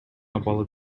абалы